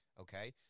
Okay